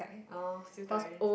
orh still tiring